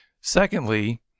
Secondly